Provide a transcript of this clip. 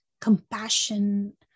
compassion